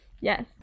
yes